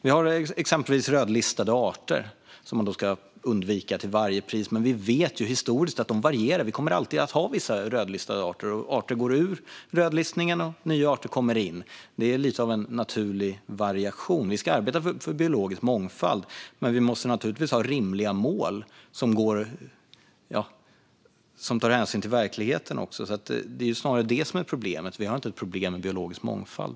Vi har exempelvis rödlistade arter som man då ska undvika till varje pris. Men vi vet ju historiskt att det varierar. Vi kommer alltid att ha vissa rödlistade arter. Arter lämnar rödlistningen och nya arter kommer in. Det är lite av en naturlig variation. Vi ska arbeta för biologisk mångfald, men vi måste naturligtvis ha rimliga mål som tar hänsyn till verkligheten. Det är snarare det som är problemet. Vi har inget problem med biologisk mångfald.